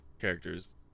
characters